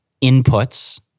inputs